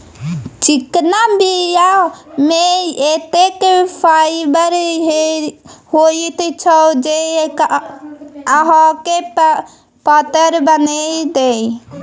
चिकना बीया मे एतेक फाइबर होइत छै जे अहाँके पातर बना देत